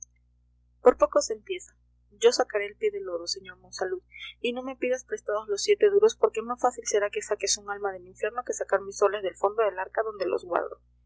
por poco se empieza yo sacaré el pie del lodo sr monsalud y no me pidas prestados los siete duros porque más fácil será que saques un alma del infierno que sacar mis soles del fondo del arca donde los